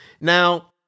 Now